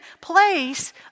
place